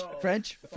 French